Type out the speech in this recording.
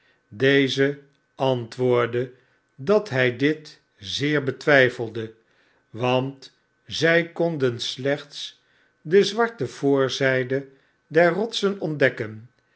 deze antwoordde dat hy dit zeer betwyfelde want zij konden slechts de zwarte voorzyde der rots ontdekken